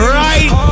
right